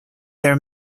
their